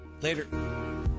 Later